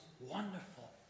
wonderful